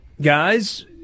Guys